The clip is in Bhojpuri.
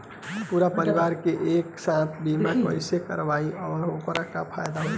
पूरा परिवार के एके साथे बीमा कईसे करवाएम और ओकर का फायदा होई?